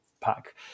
pack